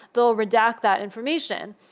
they'll redact that information.